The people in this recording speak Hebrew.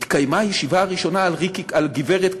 התקיימה ישיבה ראשונה על גברת כהן,